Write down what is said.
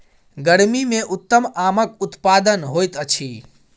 गर्मी मे उत्तम आमक उत्पादन होइत अछि